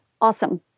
awesome